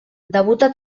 debuta